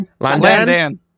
London